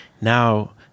Now